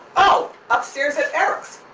oh! upstairs at eric's.